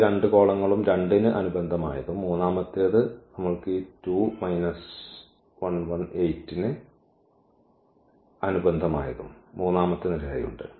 ആദ്യ രണ്ട് കോളങ്ങളും 2 ന് അനുബന്ധമായതും മൂന്നാമത്തേത് നമ്മൾക്ക് ഈ 2 മൈനസ് 1 1 8 ന് അനുബന്ധമായതും മൂന്നാമത്തെ നിരയായി ഉണ്ട്